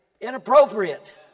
Inappropriate